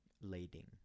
Lading